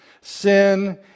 Sin